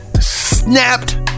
snapped